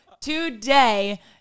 today